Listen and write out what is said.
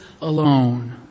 alone